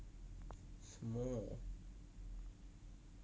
什么